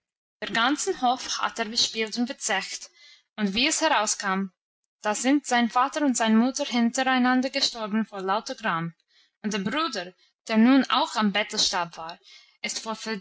den ganzen hof hat er verspielt und verzecht und wie es herauskam da sind sein vater und seine mutter hintereinander gestorben vor lauter gram und der bruder der nun auch am bettelstab war ist